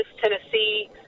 Tennessee